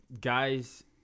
guys